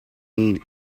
need